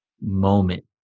moment